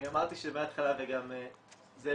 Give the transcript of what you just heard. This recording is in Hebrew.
אני אמרתי שמהתחלה וגם זאב,